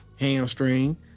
hamstring